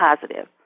positive